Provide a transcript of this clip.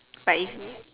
but it's